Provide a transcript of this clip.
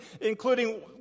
including